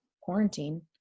quarantine